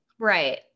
right